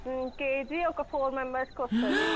KG ఒక four మెంబెర్స్కు వస్తుంది